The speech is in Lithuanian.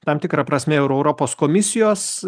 tam tikra prasme ir europos komisijos